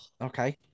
okay